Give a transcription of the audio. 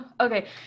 Okay